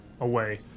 away